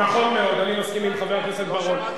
נכון מאוד, אני מסכים עם חבר הכנסת בר-און.